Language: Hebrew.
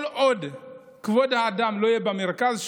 כל עוד כבוד האדם לא יהיה במרכז,